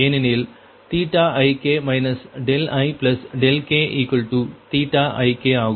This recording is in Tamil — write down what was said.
ஏனெனில் ik ikik ஆகும்